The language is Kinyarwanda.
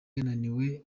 yananiwe